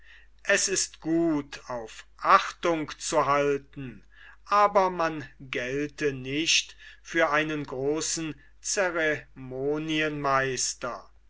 es ist gut auf achtung zu halten aber man gelte nicht für einen großen